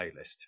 playlist